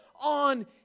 on